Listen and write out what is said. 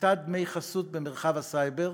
סחיטת דמי חסות במרחב הסייבר,